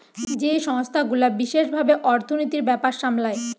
যেই সংস্থা গুলা বিশেষ ভাবে অর্থনীতির ব্যাপার সামলায়